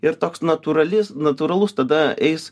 ir toks natūralis natūralus tada eis